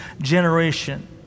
generation